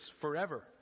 forever